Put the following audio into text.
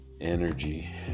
energy